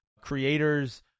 creators